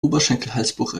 oberschenkelhalsbruch